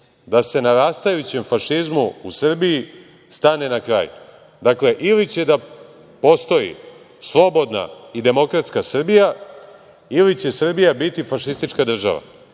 da se narastajućem fašizmu u Srbiji stane na kraj. Dakle, ili će da postoji slobodna i demokratska Srbija ili će Srbija biti fašistička država.